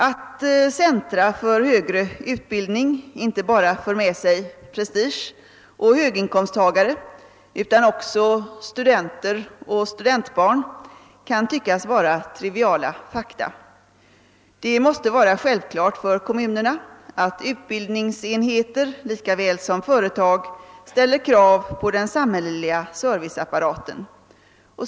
Att centra för högre utbildning inte bara för med sig prestige och höginkomsttagare utan också studenter och studentbarn kan tyckas vara triviala fakta. Det måste vara självklart för kommunerna att utbildningsenheter lika väl som företag ställer krav på den samhälleliga serviceapparaten.